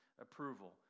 approval